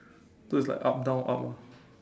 so it's like up down up ah